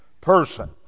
person